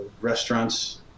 restaurants